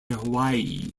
hawaii